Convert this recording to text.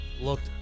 looked